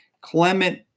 Clement